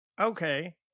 okay